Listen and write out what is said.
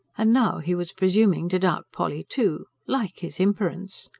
and now he was presuming to doubt polly, too. like his imperence!